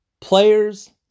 players